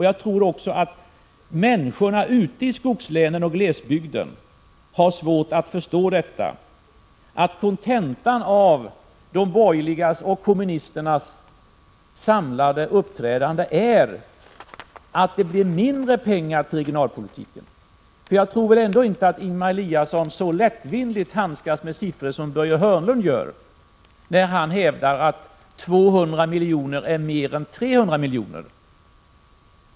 Jag tror att även människorna ute i skogslänen och i glesbygderna har svårt att förstå att kontentan av de borgerligas och kommunisternas samlade uppträdande är att det blir mindre pengar till regionalpolitiken. Jag tror nämligen inte att Ingemar Eliasson handskas lika lättvindigt med siffror som Börje Hörnlund gör när han hävdar att 200 miljoner är mer än 300 miljoner.